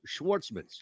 Schwartzmans